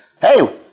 Hey